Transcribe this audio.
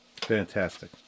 Fantastic